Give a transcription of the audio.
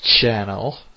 channel